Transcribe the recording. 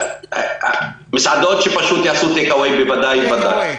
מסעדות שיעשו טייק אוויי, ודאי וודאי.